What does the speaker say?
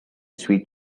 sweet